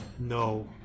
No